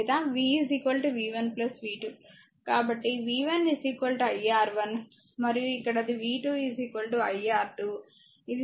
కాబట్టి v1 iR1 మరియు ఇక్కడ అది v 2 i R2 ఇది సమీకరణం 20